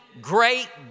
great